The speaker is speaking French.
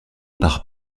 par